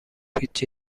هیچی